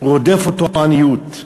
רודפת אותו עניות?